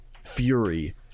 fury